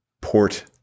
port